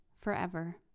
forever